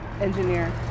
engineer